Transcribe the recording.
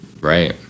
Right